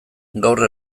gaur